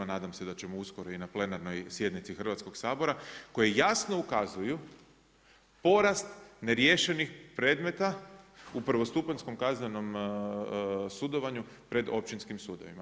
Nadam se da ćemo uskoro i na plenarnoj sjednici Hrvatskog sabora koje jasno ukazuju porast neriješenih predmeta u prvostupanjskom kaznenom sudovanju pred općinskim sudovima.